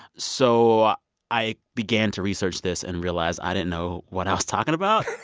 so i began to research this and realized i didn't know what i was talking about.